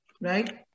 right